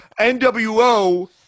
NWO